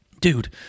dude